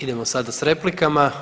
idemo sada s replikama.